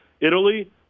Italy